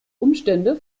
umstände